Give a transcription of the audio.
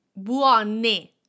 buone